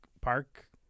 Park